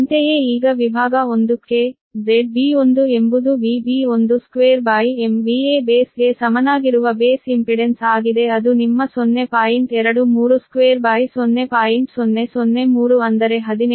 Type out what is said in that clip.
ಅಂತೆಯೇ ಈಗ ವಿಭಾಗ 1 ಕ್ಕೆ ZB1 ಎಂಬುದು ಗೆ ಸಮನಾಗಿರುವ ಬೇಸ್ ಇಂಪಿಡೆನ್ಸ್ ಆಗಿದೆ ಅದು ನಿಮ್ಮ ಅಂದರೆ 17